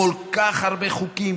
כל כך הרבה חוקים,